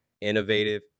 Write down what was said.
innovative